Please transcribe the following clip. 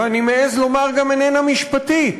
ואני מעז לומר, גם איננה משפטית,